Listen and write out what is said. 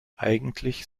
eigentlich